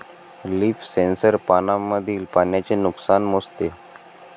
leaf sensor पानांमधील पाण्याचे नुकसान मोजते